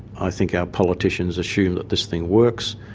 i think our politicians assume that this thing works.